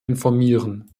informieren